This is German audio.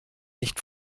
nicht